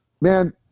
man